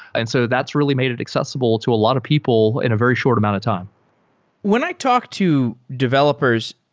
and so that's really made it accessible to a lot of people in a very short amount of time when i talk to developers,